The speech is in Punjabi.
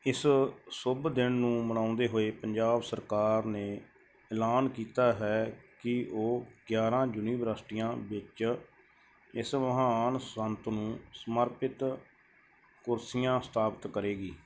ਇਸ ਸ਼ੁਭ ਦਿਨ ਨੂੰ ਮਨਾਉਂਦੇ ਹੋਏ ਪੰਜਾਬ ਸਰਕਾਰ ਨੇ ਐਲਾਨ ਕੀਤਾ ਹੈ ਕਿ ਉਹ ਗਿਆਰ੍ਹਾਂ ਯੂਨੀਵਰਸਟੀਆਂ ਵਿੱਚ ਇਸ ਮਹਾਨ ਸੰਤ ਨੂੰ ਸਮਰਪਿਤ ਕੁਰਸੀਆਂ ਸਥਾਪਿਤ ਕਰੇਗੀ